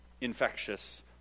infectious